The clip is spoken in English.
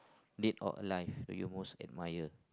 dead or alive do you most admire